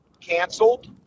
canceled